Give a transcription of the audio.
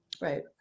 right